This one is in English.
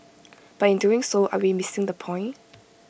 but in doing so are we missing the point